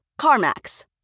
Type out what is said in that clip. CarMax